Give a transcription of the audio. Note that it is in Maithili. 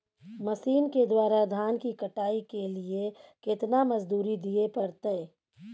मसीन के द्वारा धान की कटाइ के लिये केतना मजदूरी दिये परतय?